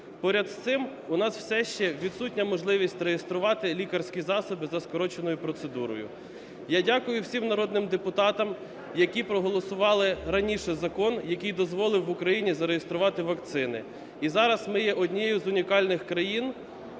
Поряд з цим у нас все ще відсутня можливість реєструвати лікарські засоби за скороченою процедурою. Я дякую всім народним депутатам, які проголосували раніше закон, який дозволив в Україні зареєструвати вакцини, і зараз ми є однією з унікальних країн,